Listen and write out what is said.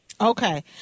Okay